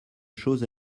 chose